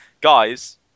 guys